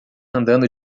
andando